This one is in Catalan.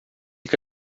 que